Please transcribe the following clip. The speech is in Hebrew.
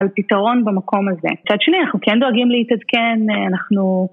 על פתרון במקום הזה. מצד שני, אנחנו כן דואגים להתעדכן, אנחנו...